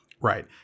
Right